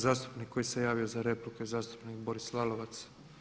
Zastupnik koji se javio za repliku je zastupnik Boris Lalovac.